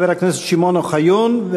חבר הכנסת שמעון אוחיון,